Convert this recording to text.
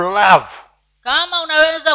love